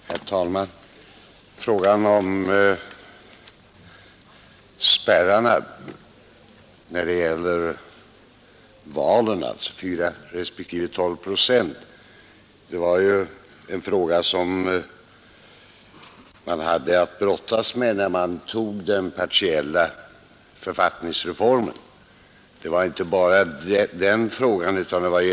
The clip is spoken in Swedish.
Herr talman! Frågan om spärrarna vid valen — 4 respektive 12 procent — hade man ju att brottas med när man tog den partiella författningsreformen.